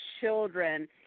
children